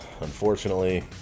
unfortunately